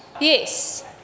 yes